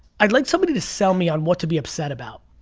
i'd like somebody to sell me on what to be upset about.